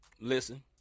listen